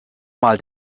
mal